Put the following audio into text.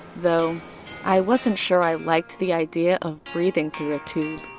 though i wasn't sure i liked the idea of breathing through a tube.